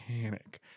panic